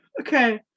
Okay